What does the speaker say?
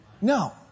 No